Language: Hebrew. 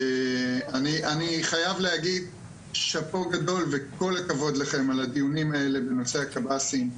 אני חייב להגיד שאפו גדול וכל הכבוד לכם על הדיונים האלה בנושא הקב"סים.